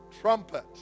trumpet